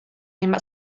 about